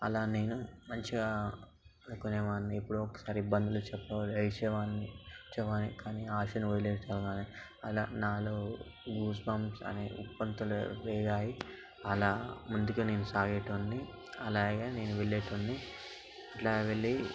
అలా నేను మంచిగా అనుకునేవాన్ని ఎప్పుడో ఒకసారి ఇబ్బందులు చెప్పి ఏడ్చేవాడ్ని ఏడ్చేవాడ్ని కానీ ఆశను వదిలేయటం కానీ అలా నాలో గూస్బంప్స్ అనే ఉప్పంతులు రేగాయి అలా ముందుకు నేను సాగేటోడిని అలాగే నేను వెళ్ళేటోడిని ఇట్లా వెళ్ళి